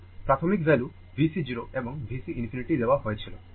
প্রাথমিক value VC 0 এবং VC ∞ দেওয়া হয়েছিল